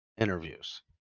Interviews